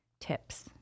tips